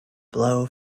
blow